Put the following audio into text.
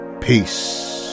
peace